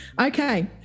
Okay